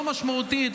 לא משמעותית,